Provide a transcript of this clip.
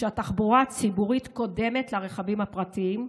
התחבורה הציבורית קודמת לרכבים הפרטיים,